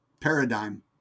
paradigm